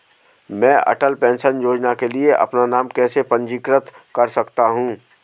मैं अटल पेंशन योजना के लिए अपना नाम कैसे पंजीकृत कर सकता हूं?